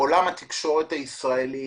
עולם התקשורת הישראלי